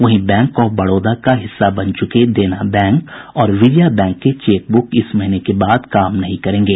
वहीं bank of Baroda का हिस्सा बन चुके देना बैंक और विजया बैंक के चेक बुक इस महीने के बाद काम नहीं करेंगे